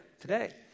today